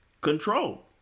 Control